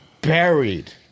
buried